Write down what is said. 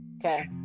Okay